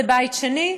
לבית שני,